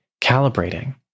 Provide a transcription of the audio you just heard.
calibrating